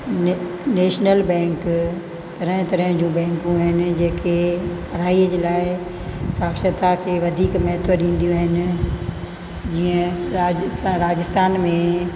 national bank तरह तरह जूं बैंकूं आहिनि जेके पढ़ाईअ जे लाइ साक्षता खे वधीक महत्व ॾींदियूं आहिनि जीअं राज राजस्थान में